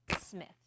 Smith